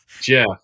jeff